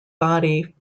body